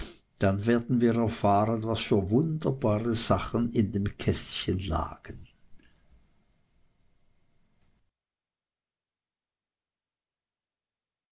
dann werden wir erfahren was für wunderbare sachen in dem kästchen lagen